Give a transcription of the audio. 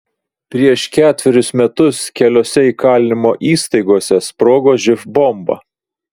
prieš ketverius metus keliose įkalinimo įstaigose sprogo živ bomba